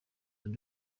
undi